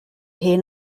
hen